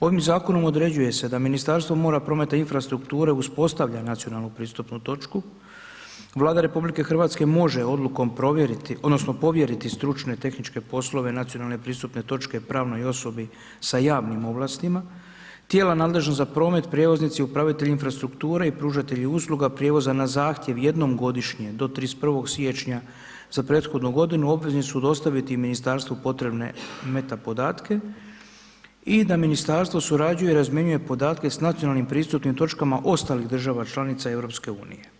Ovim zakonom određuje se da Ministarstvo mora, prometa i infrastrukture uspostavlja nacionalnu pristupnu točku, Vlada RH može odlukom provjeriti odnosno povjeriti stručne tehničke poslove nacionalne prisutne točke pravnoj osobi sa javnim ovlastima, tijela nadležna za promet prijevoznici, upravitelji infrastrukture i pružatelji usluga prijevoza na zahtjev jednom godišnje do 31. siječnja za prethodnu godinu obvezni su dostaviti i ministarstvu potrebne meta podatke i da ministarstvo surađuje i razmjenjuje podatke s nacionalnim pristupnim točkama ostalih država članica EU.